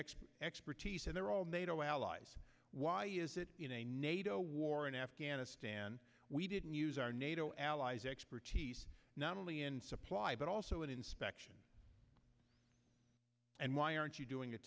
expertise and they're all nato allies why is it in a nato war in afghanistan we didn't use our nato allies expertise not only in supply but also in inspection and why aren't you doing it